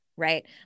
right